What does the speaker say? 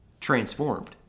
transformed